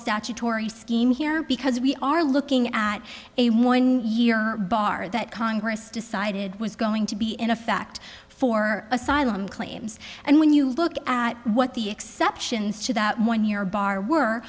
statutory scheme here because we are looking at a one year bar that congress decided was going to be in effect for asylum claims and when you look at what the exceptions to that one year bar were